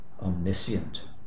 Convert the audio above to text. omniscient